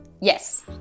Yes